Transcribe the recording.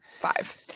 Five